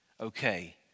okay